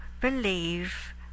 believe